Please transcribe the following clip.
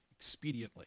expediently